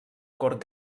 cort